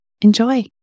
Enjoy